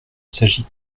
s’agit